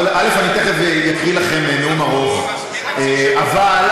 אבל אני תכף אקריא לכם נאום ארוך, אין תאריך, לא,